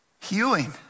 healing